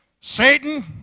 Satan